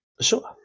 Sure